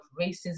racism